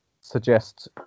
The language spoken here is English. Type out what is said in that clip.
suggest